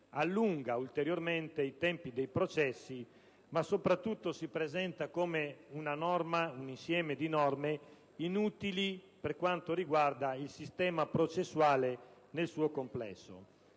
allunga ulteriormente i tempi dei processi, ma soprattutto si presenta come un insieme di norme inutili per quanto riguarda il sistema processuale nel suo complesso.